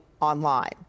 online